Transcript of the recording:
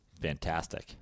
Fantastic